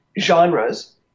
genres